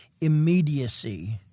immediacy